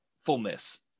fullness